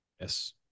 Yes